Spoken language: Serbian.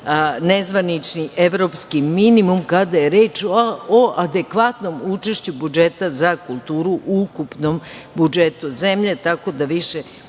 nezvanični evropski minimum kada je reč o adekvatnom učešću budžeta za kulturu u ukupnom budžetu zemlje, tako da više